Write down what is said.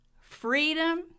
freedom